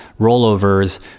rollovers